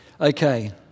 Okay